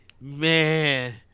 Man